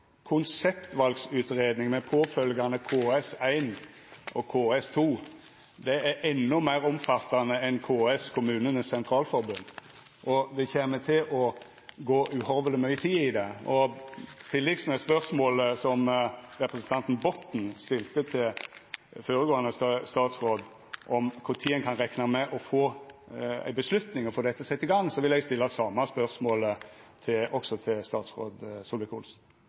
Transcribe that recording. Konseptvalutgreiing, med påfølgjande KS1 og KS2, er endå meir omfattande enn KS, tidlegare Kommunenes Sentralforbund, og det kjem til å gå uhorveleg mykje tid til det. Til liks med representanten Botten, som stilte spørsmål til føregåande statsråd om kva tid ein kan rekna med å få ei avgjerd og få dette sett i gang, vil eg stilla det spørsmålet til statsråd